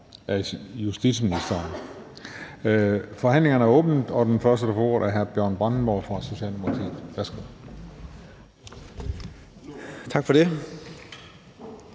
Tak for det.